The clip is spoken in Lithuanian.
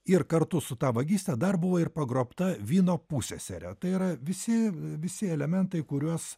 ir kartu su ta vagyste dar buvo ir pagrobta vino pusseserė tai yra visi visi elementai kuriuos